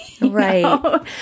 right